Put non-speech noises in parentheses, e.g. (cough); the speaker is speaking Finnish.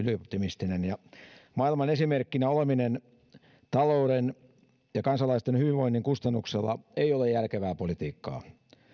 (unintelligible) ylioptimistinen ja maailman esimerkkinä oleminen talouden ja kansalaisten hyvinvoinnin kustannuksella ei ole järkevää politiikkaa